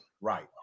Right